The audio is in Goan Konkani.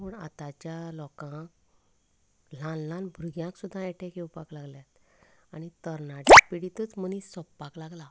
पूण आतांच्या लोकांक ल्हान ल्हान भुरग्यांक सुद्दां अटॅक येवपाक लागल्यात आनी तरणाट्या पिडिंतच मनीस सोपपाक लागला